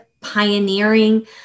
pioneering